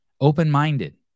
open-minded